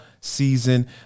season